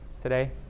today